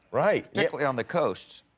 right. particularly on the coasts.